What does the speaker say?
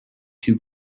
two